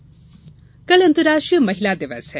महिला दिवस कल अंतर्राष्ट्रीय महिला दिवस है